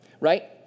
right